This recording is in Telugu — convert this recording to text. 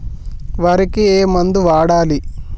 వరికి ఏ మందు వాడాలి?